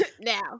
now